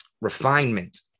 refinement